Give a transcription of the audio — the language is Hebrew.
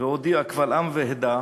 והודיעה קבל עם ועדה